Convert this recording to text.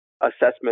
assessment